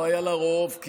לה רוב?